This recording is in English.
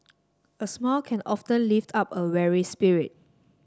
a smile can often lift up a weary spirit